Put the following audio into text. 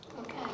Okay